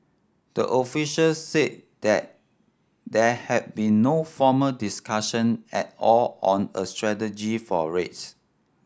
the officials said there there have been no formal discussion at all on a strategy for rates